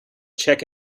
check